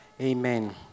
Amen